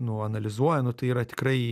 nu analizuoja nu tai yra tikrai